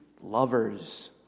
lovers